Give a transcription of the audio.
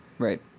Right